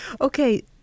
Okay